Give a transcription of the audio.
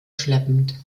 schleppend